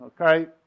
Okay